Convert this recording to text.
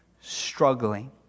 struggling